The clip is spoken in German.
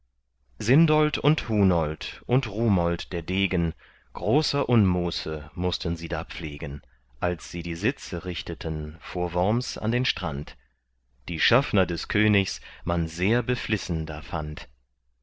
sindold und hunold und romold der degen großer unmuße mußten sie da pflegen als sie die sitze richteten vor worms an den strand die schaffner des königs man sehr beflissen da fand